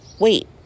wait